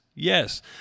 Yes